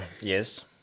Yes